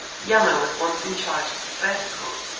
yama was once in charge of the first court,